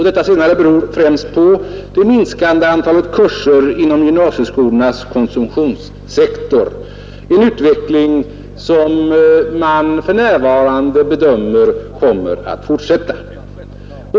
Detta senare beror främst på det minskande antalet kurser inom gymnasieskolornas konsumtionssektor — en utveckling som man för närvarande bedömer kommer att fortsätta.